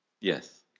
Yes